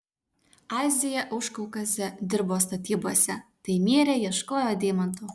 aziją užkaukazę dirbo statybose taimyre ieškojo deimantų